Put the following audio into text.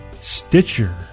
Stitcher